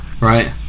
Right